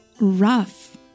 rough